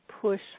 push